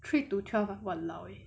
three to twelve !wah! lao eh